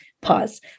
pause